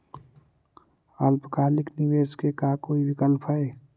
अल्पकालिक निवेश के का कोई विकल्प है?